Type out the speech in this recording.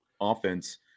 offense